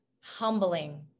humbling